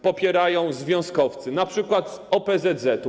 Popierają związkowcy, np. z OPZZ.